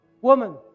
Woman